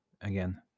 again